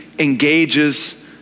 Engages